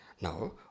Now